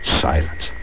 Silence